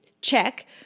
check